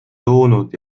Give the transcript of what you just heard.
toonud